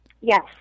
Yes